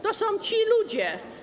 To są ci ludzie.